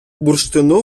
бурштину